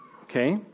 Okay